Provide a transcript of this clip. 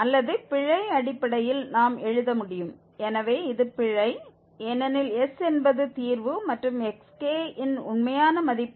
அல்லது பிழை அடிப்படையில் நாம் எழுத முடியும் எனவே இது பிழை ஏனெனில் s என்பது தீர்வு மற்றும் xk இன் உண்மையான மதிப்பு